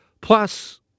Plus